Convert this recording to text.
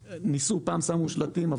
ניסו, פעם שמו שלטים.